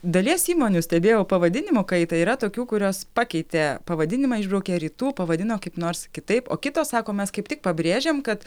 dalies įmonių stebėjau pavadinimų kaitą yra tokių kurios pakeitė pavadinimą išbraukė rytų pavadino kaip nors kitaip o kitos sako mes kaip tik pabrėžiam kad